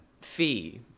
Fee